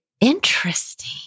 Interesting